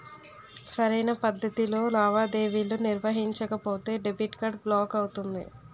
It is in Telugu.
సరైన పద్ధతిలో లావాదేవీలు నిర్వహించకపోతే డెబిట్ కార్డ్ బ్లాక్ అవుతుంది